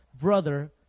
brother